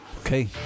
Okay